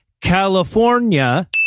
California